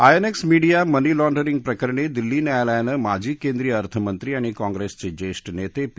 INX media money laundering प्रकरणी दिल्ली न्यायालयानं माजी केंद्रीय अर्थमंत्री आणि काँग्रेसचे ज्येष्ठ नेते पी